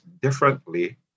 differently